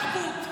התרבות.